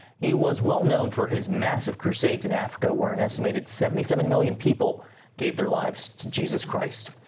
he was well known for his massive crusades in africa where an estimated seventy seven million people gave their lives to jesus christ.